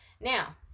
Now